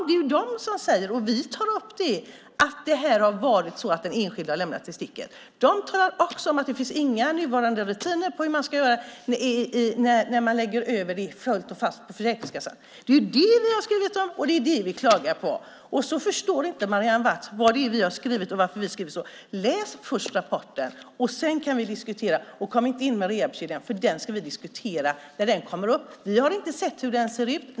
Det är de som säger att den enskilde lämnats i sticket, och det tar vi upp. De säger också att det inte finns några rutiner för hur man ska göra när man lägger över det hela på Försäkringskassan. Det är det vi skrivit om, och det är det vi klagar på. Sedan säger Marianne Watz att hon inte förstår vad vi skrivit och varför. Läs rapporten först, och sedan kan vi diskutera frågan! Kom inte med rehabkedjan nu, för den ska vi diskutera när den kommer upp. Vi har inte sett hur den ser ut.